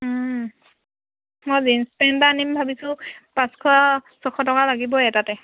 মই jeans pant এটা আনিম ভাবিছোঁ পাঁচশ ছশ টকা লাগিবই এটাতে